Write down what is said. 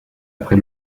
après